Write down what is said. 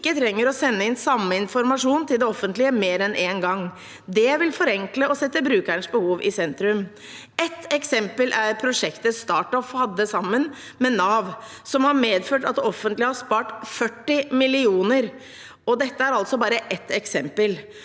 ikke trenger å sende inn samme informasjon til det offentlige mer enn én gang. Det vil forenkle og sette brukerens behov i sentrum. Ett eksempel er prosjektet StartOff hadde sammen med Nav, som har medført at det offentlige har spart 40 mill. kr – og dette er altså bare ett eksempel.